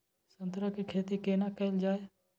संतरा के खेती केना कैल जाय?